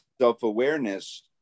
self-awareness